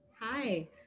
Hi